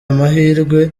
amahirwe